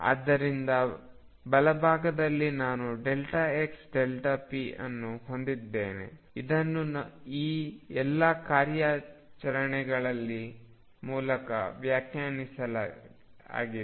ಆದ್ದರಿಂದ ಬಲಭಾಗದಲ್ಲಿ ನಾನು xp ಅನ್ನು ಹೊಂದಿದ್ದೇನೆ ಇದನ್ನು ಈ ಎಲ್ಲಾ ಕಾರ್ಯಾಚರಣೆಗಳ ಮೂಲಕ ವ್ಯಾಖ್ಯಾನಿಸಲಾಗಿದೆ